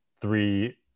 three